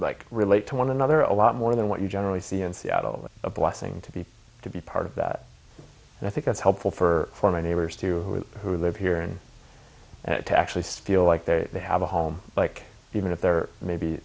like relate to one another a lot more than what you generally see in seattle what a blessing to be to be part of that and i think that's helpful for my neighbors too who who live here and to actually stay feel like they have a home like even if they're maybe